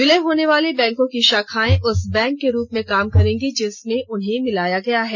विलय होने वाले बैंकों की शाखाएं उस बैंक के रूप में काम करेंगी जिसमें उन्हें मिलाया गया है